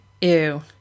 Ew